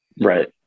Right